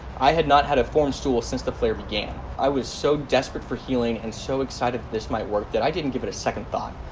i had not had a formed stool since the flare began. i was so desperate for healing and so excited that this might work that i didn't give it a second thought.